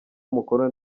umukono